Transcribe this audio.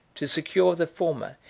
to secure the former,